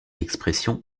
expressions